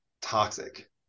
toxic